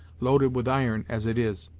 loaded with iron as it is.